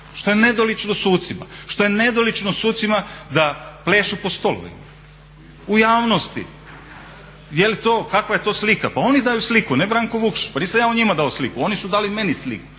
što je nedolično sucima, što je nedolično sucima da plešu po stolovima, u javnosti. Kakva je to slika? Pa oni daju sliku ne Branko Vukšić, pa ja nisam njima dao sliku, oni su dali meni sliku,